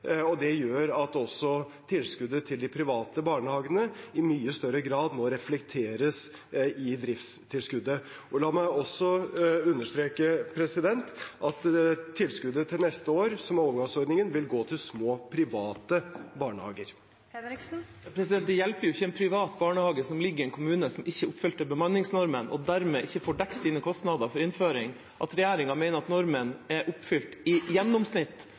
Det gjør at tilskuddet til de private barnehagene i mye større grad må reflekteres i driftstilskuddet. La meg også understreke at tilskuddet til neste år, som er overgangsordningen, vil gå til små private barnehager. Det hjelper ikke en privat barnehage som ligger i en kommune som ikke oppfylte bemanningsnormen, og som dermed ikke får dekket sine kostnader for innføring, at regjeringa mener at normen er oppfylt i gjennomsnitt.